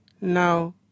Now